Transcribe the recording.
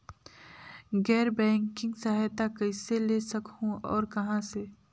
गैर बैंकिंग सहायता कइसे ले सकहुं और कहाँ से?